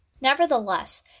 Nevertheless